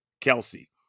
Kelsey